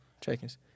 checkings